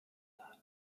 länder